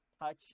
touch